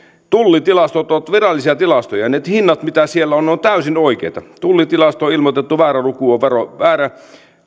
tullitilastot ovat virallisia tilastoja ja ne hinnat mitä siellä on ovat täysin oikeita tullitilastoon ilmoitettu väärä